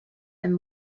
them